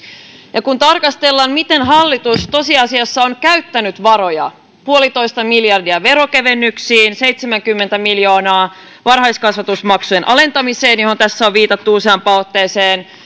ja kun tarkastellaan miten hallitus tosiasiassa on käyttänyt varoja yksi pilkku viisi miljardia veronkevennyksiin seitsemänkymmentä miljoonaa varhaiskasvatusmaksujen alentamiseen johon tässä on viitattu useampaan otteeseen